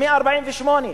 מ-1948,